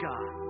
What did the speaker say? God